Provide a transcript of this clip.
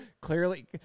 Clearly